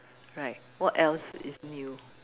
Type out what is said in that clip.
right what else is new